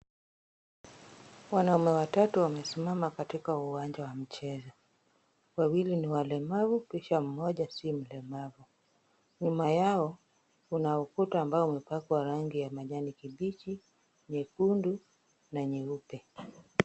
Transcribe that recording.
Wanaume watatu wamesimama katika uwanja wa michezo. Wawili ni walemavu kisha mmoja si mlemavu. Nyuma yao, kuna ukuta ambao umepakwa rangi ya majani kibichi, nyekundu na nyeupe.